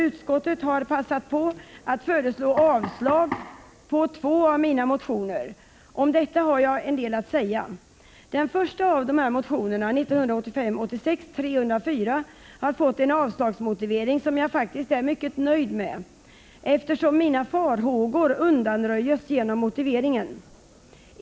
Utskottet har passat på att föreslå avslag på två av mina motioner. Om detta har jag en del att säga. Den första av dessa motioner, 1985/86:304, har fått en avslagsmotivering som jag faktiskt är mycket nöjd med, eftersom mina farhågor undanröjs genom motiveringen.